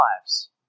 lives